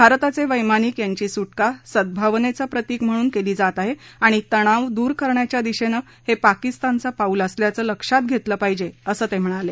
भारताचे वैमानिक यांची सुटका सद्ग्रवनेचं प्रतिक म्हणून केली जात आहे आणि तणाव दूर करण्याच्या दिशेनं हे पाकिस्तानचं पाऊल असल्याचं लक्षात घेतलं पाहिजे असं ते म्हणाले